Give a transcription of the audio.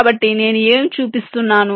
కాబట్టి నేను ఏమి చూపిస్తున్నాను